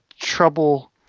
trouble